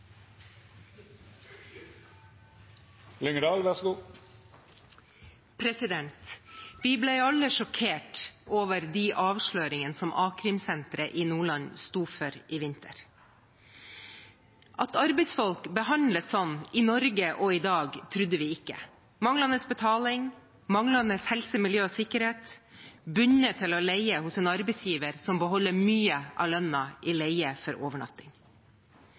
i Nordland sto for i vinter. At arbeidsfolk behandles sånn i Norge og i dag, trodde vi ikke – manglende betaling, manglende helse, miljø og sikkerhet, bundet til å leie hos en arbeidsgiver som beholder mye av lønna i leie for overnatting.